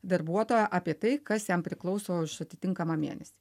darbuotoją apie tai kas jam priklauso už atitinkamą mėnesį